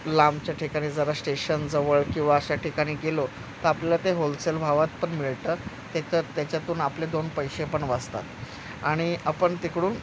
लांबच्या ठिकाणी जरा स्टेशनजवळ किंवा अशा ठिकाणी गेलो तर आपल्याला ते होलसेल भावात पण मिळतात ते तर त्याच्यातून आपले दोन पैसे पण वाचतात आणि आपण तिकडून